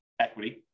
equity